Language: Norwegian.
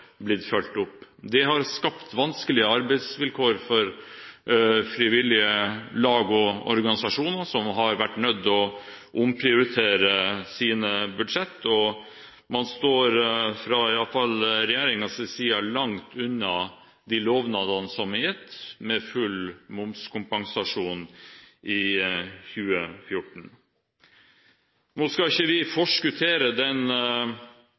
skapt vanskelige arbeidsvilkår for frivillige lag og organisasjoner, som har vært nødt til å omprioritere sine budsjett. Man står, i alle fall fra regjeringens side, langt unna de lovnadene som er gitt om full momskompensasjon i 2014. Nå skal vi ikke forskuttere den